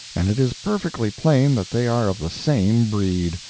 and it is perfectly plain that they are of the same breed.